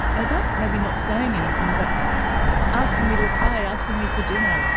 and about maybe not saying anything but asking me to a play, asking me for dinner,